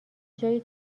جای